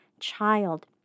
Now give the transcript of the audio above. child